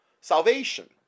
salvation